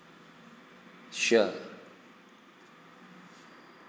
sure